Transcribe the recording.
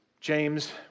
James